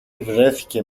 βρέθηκε